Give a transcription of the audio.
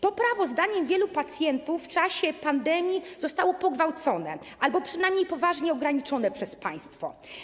To prawo, zdaniem wielu pacjentów, w czasie pandemii zostało pogwałcone albo przynajmniej poważnie ograniczone przez państwo.